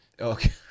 Okay